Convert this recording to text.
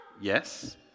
Yes